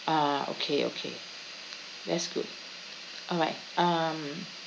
ah okay okay that's good alright um